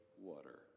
water